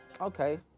Okay